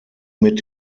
mit